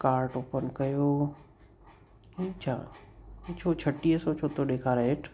cart open कयो इहे छा हीउ छो छटीह सौ छो थो ॾेखारे हेठि